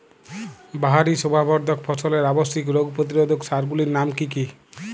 বাহারী শোভাবর্ধক ফসলের আবশ্যিক রোগ প্রতিরোধক সার গুলির নাম কি কি?